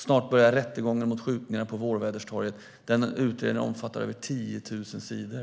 Snart börjar rättegången om skjutningarna på Vårväderstorget. Den utredningen omfattar över 10 000 sidor.